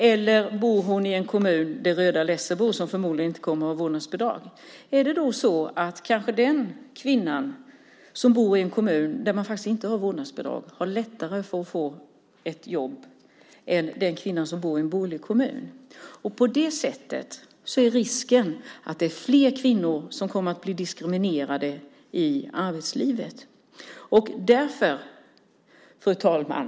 Eller bor hon i det röda Lessebo, som förmodligen inte kommer att införa vårdnadsbidrag? Kanske den kvinna som bor i en kommun där det inte finns vårdnadsbidrag har lättare att få ett jobb än den kvinna som bor i en borgerlig kommun. På det sättet är risken att fler kvinnor kommer att bli diskriminerade i arbetslivet. Fru talman!